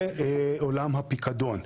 זה עולם הפיקדון.